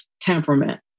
temperament